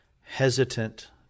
hesitant